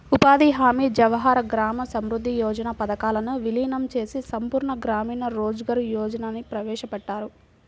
ఉపాధి హామీ, జవహర్ గ్రామ సమృద్ధి యోజన పథకాలను వీలీనం చేసి సంపూర్ణ గ్రామీణ రోజ్గార్ యోజనని ప్రవేశపెట్టారు